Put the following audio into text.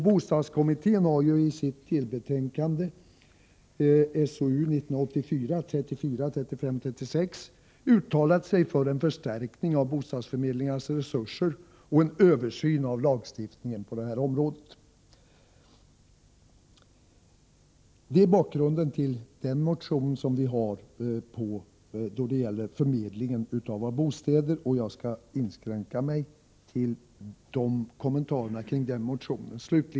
Bostadskommittén har i sitt delbetänkande uttalat sig för en förstärkning av bostadsförmedlingarnas resurser och en översyn av lagstiftningen på detta område. Detta är bakgrunden till vår motion om förmedlingen av bostäder, och jag skall inskränka mig till dessa kommentarer beträffande den motionen.